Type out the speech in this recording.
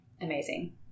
amazing